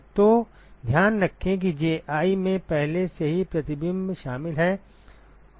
तो ध्यान रखें कि Ji में पहले से ही प्रतिबिंब शामिल है